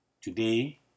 Today